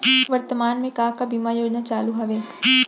वर्तमान में का का बीमा योजना चालू हवये